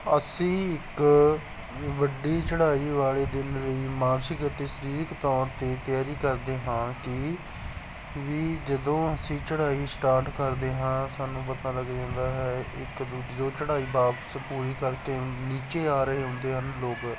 ਅਸੀਂ ਇੱਕ ਵੱਡੀ ਚੜ੍ਹਾਈ ਵਾਲੇ ਦਿਨ ਲਈ ਮਾਨਸਿਕ ਅਤੇ ਸਰੀਰਕ ਤੌਰ 'ਤੇ ਤਿਆਰੀ ਕਰਦੇ ਹਾਂ ਕਿ ਵੀ ਜਦੋਂ ਅਸੀਂ ਚੜ੍ਹਾਈ ਸਟਾਰਟ ਕਰਦੇ ਹਾਂ ਸਾਨੂੰ ਪਤਾ ਲੱਗ ਜਾਂਦਾ ਹੈ ਇੱਕ ਦੂਜੇ ਜਦੋਂ ਚੜ੍ਹਾਈ ਵਾਪਿਸ ਪੂਰੀ ਕਰਕੇ ਨੀਚੇ ਆ ਰਹੇ ਹੁੰਦੇ ਹਨ ਲੋਕ